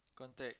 contact